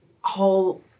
whole